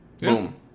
boom